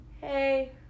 hey